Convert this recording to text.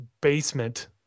basement